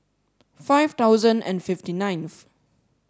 five thousand and fifty ninth